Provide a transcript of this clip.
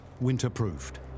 winter-proofed